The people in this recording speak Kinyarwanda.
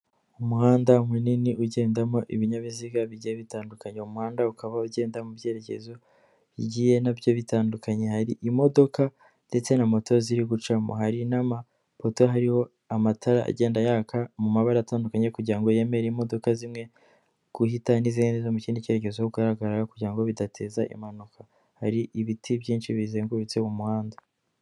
Umuhanda munini ugendamo ibinyabiziga bigenda bitandukanye, uwo muhanda ukaba ugenda mu byerekezogiye nabyo bitandukanye, hari imodoka ndetse na moto ziri gucamo hari n'amapoto hariho amatara agenda yaka mu mabara atandukanye kugirango ngo yemere imodoka zimwe guhita n'izindi zo mu kindi cyerekezo guhagarara kugirango bidateza impanuka hari ibiti byinshi bizengurutse mu muhanda.